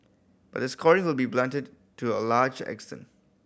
but the scoring will be blunted to a large extent